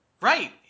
Right